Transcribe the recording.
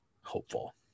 hopeful